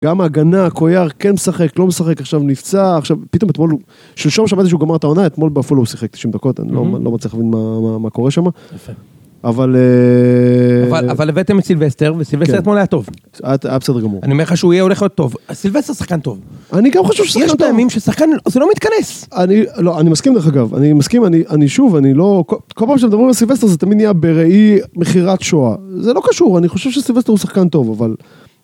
גם ההגנה, הקויאר כן שחק, לא משחק עכשיו נפצע, עכשיו פתאום אתמול... שלשום שמעתי שהוא גמר את ההונה, אתמול באפולו הוא שיחק 90 דקות, אני לא מצליח להבין מה קורה שם. יפה. אבל... אבל הבאתם את סילבסטר, וסילבסטר אתמול היה טוב. היה בסדר גמור. אני אומר לך שהוא יהיה הולך עוד טוב. הסילבסטר שחקן טוב. אני גם חושב ששחקן טוב. יש פעמים ששחקן... זה לא מתכנס! אני... לא, אני מסכים לך אגב. אני מסכים, אני שוב, אני לא... כל פעם שאתם מדברים על סילבסטר זה תמיד נהיה בראי מכירת שואה. זה לא קשור, אני חושב שסילבסטר הוא שחקן טוב, אבל...